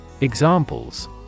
examples